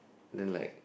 then like